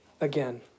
again